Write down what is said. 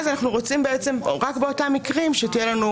אז רק במקרים האלה אנחנו רוצים ש תהיה לנו